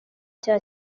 cya